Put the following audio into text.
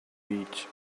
beach